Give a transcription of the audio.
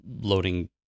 loading